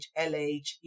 LH